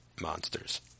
monsters